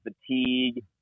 fatigue